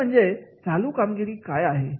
पहिले म्हणजे चालू कामगिरी काय आहे